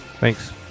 Thanks